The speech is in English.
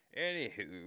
anywho